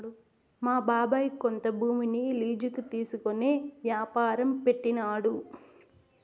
మా బాబాయ్ కొంత భూమిని లీజుకి తీసుకునే యాపారం పెట్టినాడు